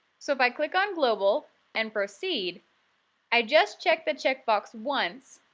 so if i click on global and proceed i just check the checkbox once,